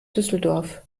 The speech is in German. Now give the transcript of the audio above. düsseldorf